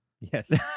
yes